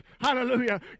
Hallelujah